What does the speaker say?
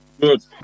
Good